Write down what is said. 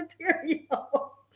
material